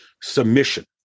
submission